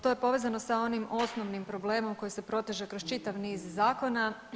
To je povezano sa onim osnovnim problemom koji se proteže kroz čitav niz zakona.